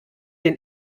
den